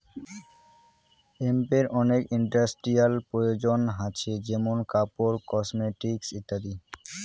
হেম্পের অনেক ইন্ডাস্ট্রিয়াল প্রয়োজন হাছে যেমন কাপড়, কসমেটিকস ইত্যাদি